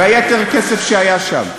והיתר כסף שהיה שם,